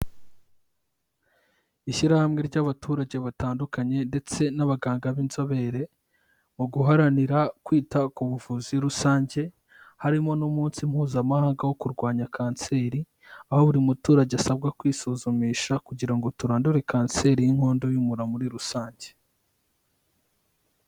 Ishyirahamwe ry'abaturage batandukanye ndetse n'abaganga b'inzobere mu guharanira kwita ku buvuzi rusange, harimo n'umunsi mpuzamahanga wo kurwanya kanseri, aho buri muturage asabwa kwisuzumisha kugira ngo turondure kanseri y'inkondo y'umura muri rusange.